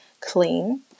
clean